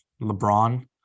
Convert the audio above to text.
LeBron